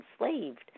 enslaved